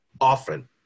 often